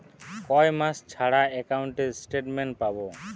কয় মাস ছাড়া একাউন্টে স্টেটমেন্ট পাব?